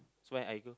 so where I go